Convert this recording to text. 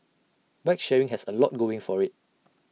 bike sharing has A lot going for IT